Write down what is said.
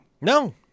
No